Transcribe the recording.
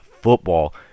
football